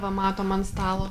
va matom ant stalo